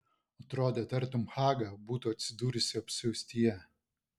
atrodė tartum haga būtų atsidūrusi apsiaustyje